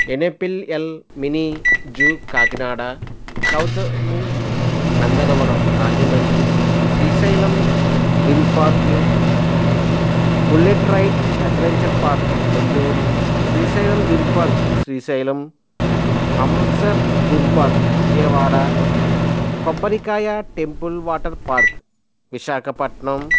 NFCL mini zoo Kakinada Gautami Nandanavanam Rajahmundry Srisailam theme పార్క్లు bullet ride adventure park Nellore Srisailam theme park Srisailam Amritsar theme park Vijayawada కొబ్బరికాయ temple water park Visakhapatnam